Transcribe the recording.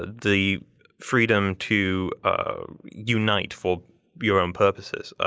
ah the freedom to unite for your own purposes.